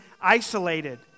isolated